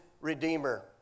Redeemer